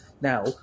now